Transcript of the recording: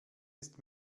ist